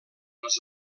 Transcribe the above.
els